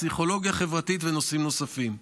פסיכולוגיה חברתית ונושאים נוספים.